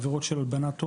עבירות של הלבנת הון,